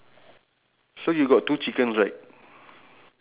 uh K I I I